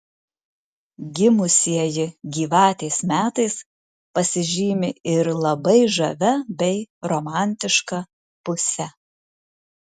gimusieji gyvatės metais pasižymi ir labai žavia bei romantiška puse